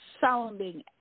sounding